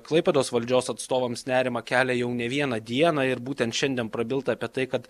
klaipėdos valdžios atstovams nerimą kelia jau ne vieną dieną ir būtent šiandien prabilta apie tai kad